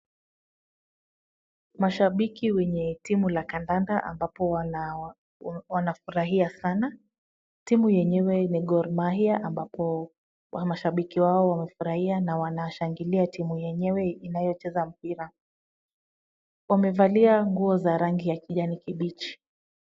Mashabiki wenye timu la kadanda ambapo wanafurahia sana. Timu yenyewe ni Gor Mahia ambapo mashabiki wao wanafurahia na wanashangilia timu yenyewe inayocheza mpira. Wamevalia nguo za rangi ya kijani kimbichi.